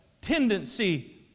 tendency